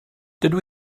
dydw